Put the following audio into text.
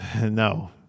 No